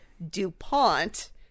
DuPont